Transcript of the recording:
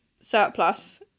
surplus